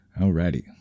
Alrighty